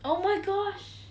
oh my gosh